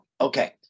okay